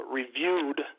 reviewed